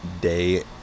day